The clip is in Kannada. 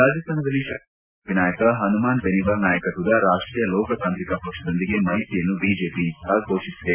ರಾಜಸ್ತಾನದಲ್ಲಿ ಶಾಸಕ ಮತ್ತು ಮಾಜಿ ಬಿಜೆಪಿ ನಾಯಕ ಪನುಮಾನ್ ಬೆನಿವಾಲ್ ನಾಯಕತ್ವದ ರಾಷ್ವೀಯ ಲೋಕತಾಂತ್ರಿಕ ಪಕ್ಷ ದೊಂದಿಗೆ ಮೈತ್ರಿಯನ್ನು ಬಿಜೆಪಿ ಇಂದು ಘೋಷಿಸಿದೆ